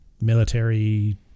military